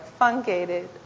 fungated